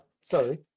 sorry